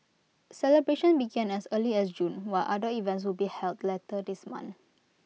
celebrations began as early as June while other events will be held later this one